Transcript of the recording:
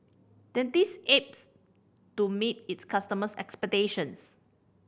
Dentiste aims to meet its customers' expectations